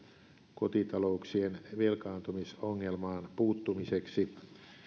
kotitalouksien velkaantumisongelmaan puuttumiseksi